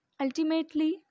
ultimately